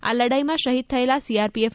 આ લડાઈમાં શહીદ થયેલા સી આર પી એફ